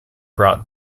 brought